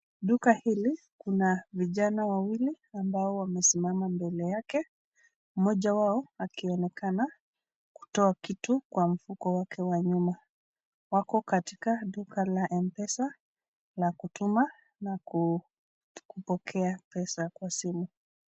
Duka hili kuna vijana wawili ambao wamesimama mbele yake, moja wao anakionekana kutoa kitu kwa mfuko wake wa nyuma. Wako katika duka la mpesa la kutuma na kupokea pesa kwa simu.